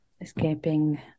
escaping